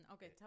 Okay